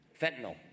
fentanyl